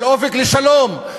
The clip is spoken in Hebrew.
אופק של שלום,